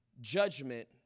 judgment